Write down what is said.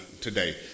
today